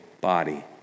body